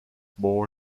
bohr